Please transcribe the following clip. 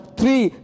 three